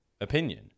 opinion